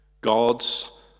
God's